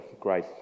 great